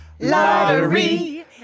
Lottery